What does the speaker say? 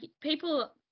people